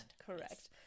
correct